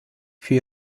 für